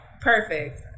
perfect